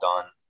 done